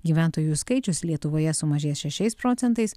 gyventojų skaičius lietuvoje sumažės šešias procentais